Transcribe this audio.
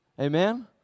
Amen